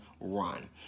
run